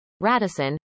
Radisson